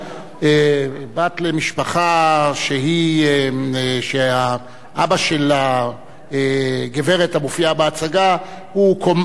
בת למשפחה שהאבא של הגברת המופיעה בהצגה הוא כומר,